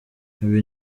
ibi